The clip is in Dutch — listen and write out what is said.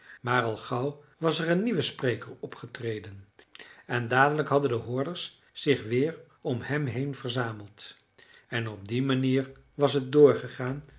maar al gauw was er een nieuwe spreker opgetreden en dadelijk hadden de hoorders zich weer om hem heen verzameld en op die manier was het doorgegaan